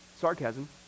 sarcasm